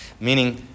Meaning